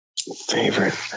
Favorite